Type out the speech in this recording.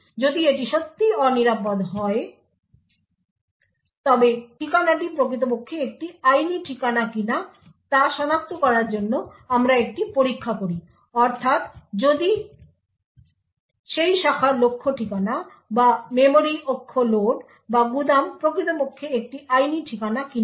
যদি এটি সত্যিই অনিরাপদ হয় তবে ঠিকানাটি প্রকৃতপক্ষে একটি আইনি ঠিকানা কিনা তা সনাক্ত করার জন্য আমরা একটি পরীক্ষা করি অর্থাৎ যদি সেই শাখার লক্ষ্য ঠিকানা বা মেমরি অক্ষ লোড বা গুদাম প্রকৃতপক্ষে একটি আইনি ঠিকানা কিনা